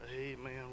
Amen